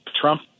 Trump